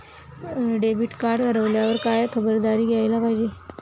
Debit card हरवल्यावर काय खबरदारी घ्यायला पाहिजे?